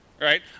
right